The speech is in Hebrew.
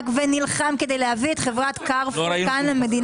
ונלחם כדי להביא את חברת קרפור למדינת ישראל.